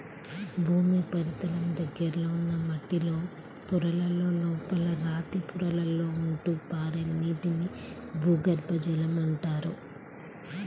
భూమి ఉపరితలం దగ్గరలో ఉన్న మట్టిలో పొరలలో, లోపల రాతి పొరలలో ఉంటూ పారే నీటిని భూగర్భ జలం అంటారు